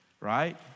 right